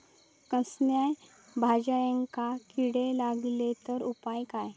कसल्याय भाजायेंका किडे लागले तर उपाय काय?